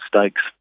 stakes